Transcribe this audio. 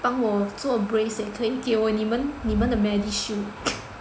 帮我做 brace 也可以给我你们你们的 Medishield